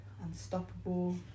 unstoppable